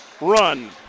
run